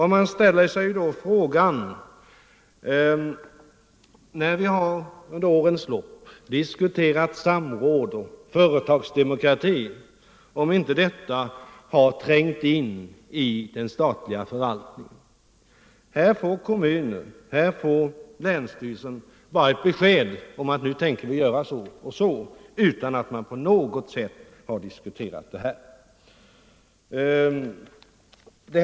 Här har under årens lopp diskuterats samråd och företagsdemokrati — har inte detta trängt in i den statliga förvaltningen? Här får länsstyrelsen och kommunerna bara besked om att SJ tänker göra så och så, detta utan att saken på något sätt har diskuterats.